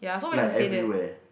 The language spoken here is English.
like everywhere